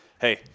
hey